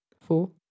four